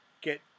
get